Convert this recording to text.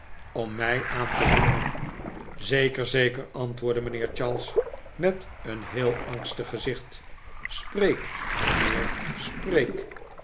om mij aan te hooren zeker zeker antwoordde mijnheer charles met een heel angstig gezicht spreek mijnheer spreek